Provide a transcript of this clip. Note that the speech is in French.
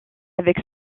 avec